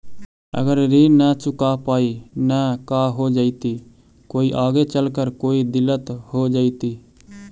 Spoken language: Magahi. अगर ऋण न चुका पाई न का हो जयती, कोई आगे चलकर कोई दिलत हो जयती?